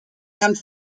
and